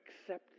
accept